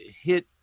hit